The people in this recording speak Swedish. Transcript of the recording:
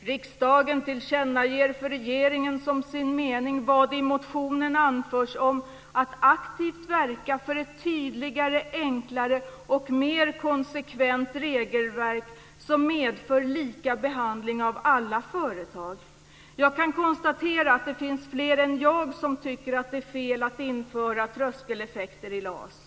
"Riksdagen tillkännager för regeringen som sin mening vad i motionen anförs om att aktivt verka för ett tydligare, enklare och mer konsekvent regelverk, som medför lika behandling av alla företag." Jag kan konstatera att det finns fler än jag som tycker att det är fel att införa tröskeleffekter i LAS.